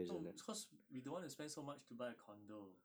no it's cause we don't want to spend so much to buy a condo